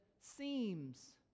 seems